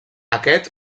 aquest